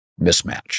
mismatch